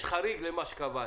יש חריג למה שקבעתם.